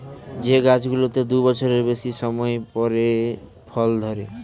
যে গাছগুলোতে দু বছরের বেশি সময় পরে ফল ধরে